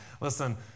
listen